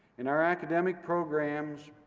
in our academic programs,